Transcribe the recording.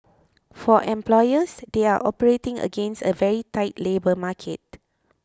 for employers they are operating against a very tight labour market